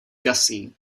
gussie